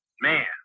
Man